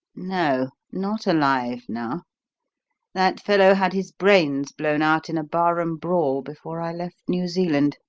no not alive now that fellow had his brains blown out in a bar-room brawl before i left new zealand.